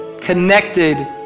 connected